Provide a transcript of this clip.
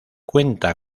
cuenta